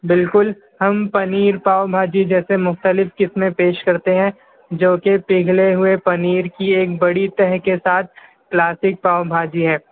بالکل ہم پنیر پاؤ بھاجی جیسے مختلف قسمیں پیش کرتے ہیں جوکہ پگھلے ہوئے پنیر کی ایک بڑی تہہ کے ساتھ کلاسک پاؤ بھاجی ہے